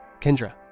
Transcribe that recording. Kendra